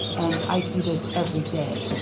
and i see this every day.